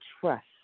trust